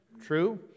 true